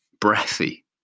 breathy